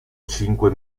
cinque